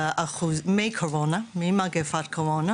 ממגפת הקורונה,